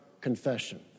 confession